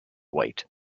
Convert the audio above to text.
white